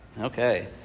Okay